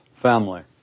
family